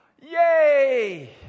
yay